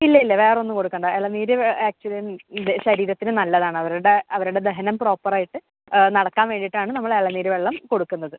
ഇല്ലയില്ല വേറെ ഒന്നും കൊടുക്കേണ്ട ഇളനീർ ആക്ച്വലി ശരീരത്തിന് നല്ലതാണ് അവരുടെ അവരുടെ ദഹനം പ്രോപ്പർ ആയിട്ട് നടക്കാൻ വേണ്ടിയിട്ടാണ് നമ്മൾ ഇളനീർ വെള്ളം കൊടുക്കുന്നത്